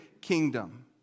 kingdom